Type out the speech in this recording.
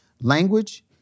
language